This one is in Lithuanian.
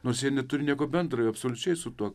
nors jie neturi nieko bendra absoliučiai su tuo